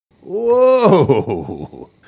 Whoa